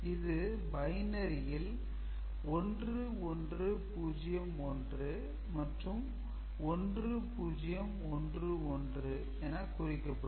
இது பைனரியால் 1 1 0 1 மற்றும் 1 0 1 1 என குறிக்கப்படும்